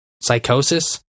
Psychosis